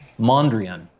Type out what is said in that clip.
Mondrian